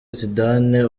zidane